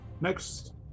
next